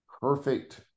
perfect